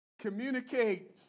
Communicate